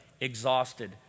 exhausted